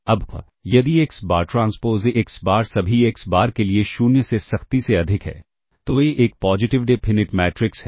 अब यदि X bar transpose A x bar सभी एक्स बार के लिए 0 से सख्ती से अधिक है तो ए एक पॉजिटिव डेफिनिट मैट्रिक्स है